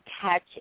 catch